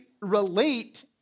relate